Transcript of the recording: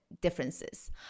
differences